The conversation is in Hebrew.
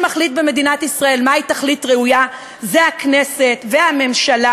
כרגע מי שמחליט במדינת ישראל מהי תכלית ראויה זה הכנסת והממשלה,